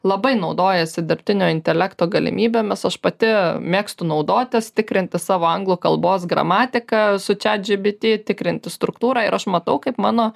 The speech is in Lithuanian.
labai naudojasi dirbtinio intelekto galimybėmis aš pati mėgstu naudotis tikrinti savo anglų kalbos gramatiką su chat gpt tikrinti struktūrą ir aš matau kaip mano